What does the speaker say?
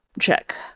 check